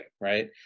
Right